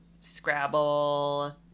Scrabble